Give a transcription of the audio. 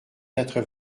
quatre